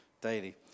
daily